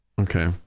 Okay